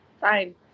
fine